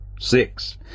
six